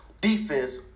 defense